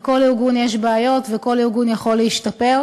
בכל ארגון יש בעיות, וכל ארגון יכול להשתפר.